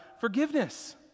forgiveness